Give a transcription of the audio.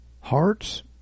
hearts